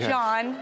John